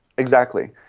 exactly.